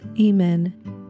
Amen